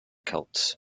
celts